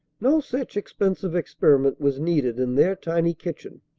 no such expensive experiment was needed in their tiny kitchen.